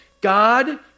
God